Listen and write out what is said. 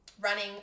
running